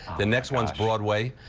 the next one is broadway.